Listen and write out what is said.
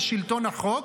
לשלטון החוק,